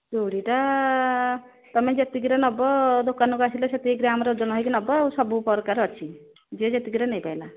ଚୁଡ଼ିଟା ତୁମେ ଯେତିକିରେ ନେବ ଦୋକାନକୁ ଆସିଲେ ସେତିକି ଗ୍ରାମ୍ର ଓଜନ ହେଇକି ନେବ ଆଉ ସବୁ ପ୍ରକାର ଅଛି ଯିଏ ଯେତିକିରେ ନେଇପାରିଲା